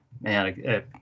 man